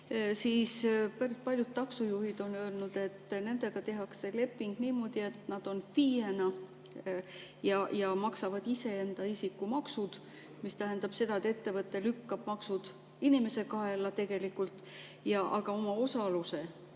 Paljud taksojuhid on öelnud, et nendega tehakse leping niimoodi, et nad on FIE‑d ja maksavad iseenda isikumaksud, mis tähendab seda, et ettevõte lükkab maksud tegelikult inimese kaela, aga oma osaluse,